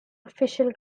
official